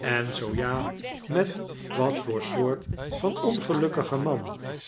en zoo ja met wat voor soort van ongelukkigen man